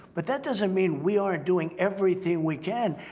but that doesn't mean we aren't doing everything we can.